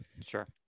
Sure